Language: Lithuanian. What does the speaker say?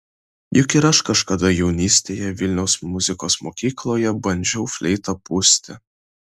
juk ir aš kažkada jaunystėje vilniaus muzikos mokykloje bandžiau fleitą pūsti